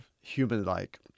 human-like